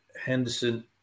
Henderson